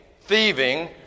thieving